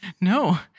No